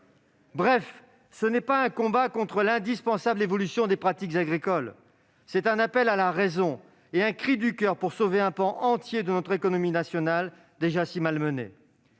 Bref, ce n'est pas un combat contre l'indispensable évolution des pratiques agricoles, c'est un appel à la raison et un cri du coeur pour sauver un pan entier de notre économie nationale, déjà si malmenée.